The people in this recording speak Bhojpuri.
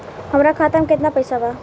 हमरा खाता मे केतना पैसा बा?